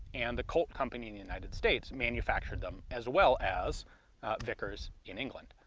and the colt company in the united states manufactured them as well as vickers in england.